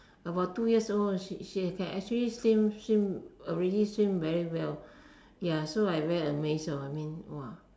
about two years old she she can already swim swim already swim very well ya so I very amazed lor I mean !wah!